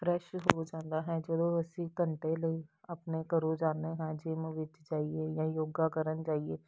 fresh ਹੋ ਜਾਂਦਾ ਹੈ ਜਦੋਂ ਅਸੀਂ ਘੰਟੇ ਲਈ ਆਪਣੇ ਘਰੋਂ ਜਾਂਦੇ ਹਾਂ ਜਿੰਮ ਵਿੱਚ ਜਾਈਏ ਜਾਂ ਯੋਗਾ ਕਰਨ ਜਾਈਏ